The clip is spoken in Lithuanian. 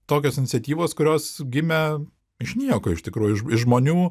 tokios iniciatyvos kurios gimė iš nieko iš tikrųjų žmonių